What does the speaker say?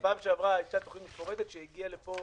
בפעם שעברה יצאה תוכנית מפורטת שהגיעה לפה